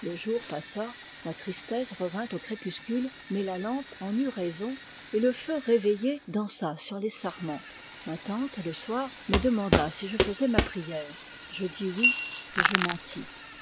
le jour passa ma tristesse revint au crépuscule mais la lampe en eut raison et le feu réveillé dansa sur les sarments ma tante le soir me demanda si je faisais ma prière je dis oui et je mentis